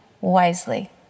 wisely